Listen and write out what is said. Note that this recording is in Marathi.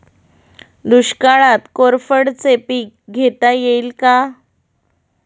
दुष्काळात कोरफडचे पीक घेता येईल का?